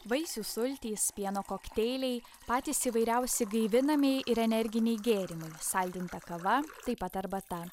vaisių sultys pieno kokteiliai patys įvairiausi gaivinamieji ir energiniai gėrimai saldinta kava taip pat arbata